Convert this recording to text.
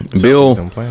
bill